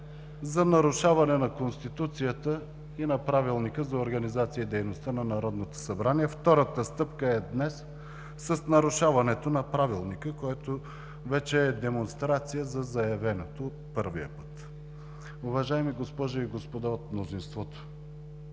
за нарушаване на Конституцията и на Правилника за организацията и дейността на Народното събрание, втората стъпка е днес с нарушаването на Правилника, което вече е демонстрация за заявеното от първия път. Уважаеми госпожи и господа от мнозинството,